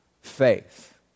faith